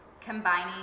combining